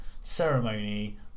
Ceremony